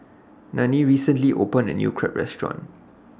Nanie recently opened A New Crepe Restaurant